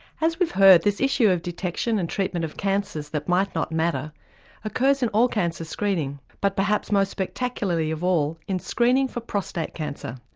as we've heard, this issue of detection and treatment of cancers that might not matter occurs in all cancer screening. but perhaps most spectacularly of all in screening for prostate cancer.